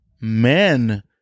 men